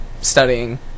studying